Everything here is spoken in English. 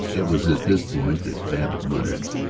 it was at this point that babbitt muttered,